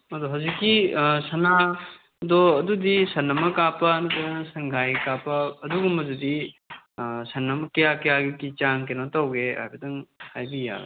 ꯑꯗꯨ ꯍꯧꯖꯤꯛꯀꯤ ꯁꯅꯥꯗꯣ ꯑꯗꯨꯗꯤ ꯁꯟ ꯑꯃ ꯀꯥꯞꯄ ꯅꯠꯇ꯭ꯔꯒꯅ ꯁꯟꯒꯥꯏ ꯀꯥꯞꯄ ꯑꯗꯨꯒꯨꯝꯕꯗꯨꯗꯤ ꯁꯟ ꯑꯃ ꯀꯌꯥ ꯀꯌꯥꯒꯤ ꯆꯥꯡ ꯀꯩꯅꯣ ꯇꯧꯒꯦ ꯍꯥꯏꯐꯦꯠꯇꯪ ꯍꯥꯏꯕꯤ ꯌꯥꯒꯗ꯭ꯔꯥ